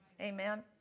Amen